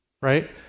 right